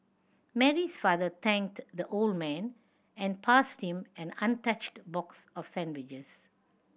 Mary's father thanked the old man and passed him an untouched box of sandwiches